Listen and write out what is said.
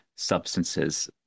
substances